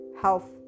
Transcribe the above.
health